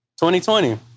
2020